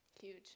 huge